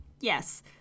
Yes